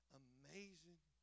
amazing